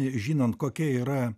žinant kokia yra